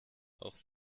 auch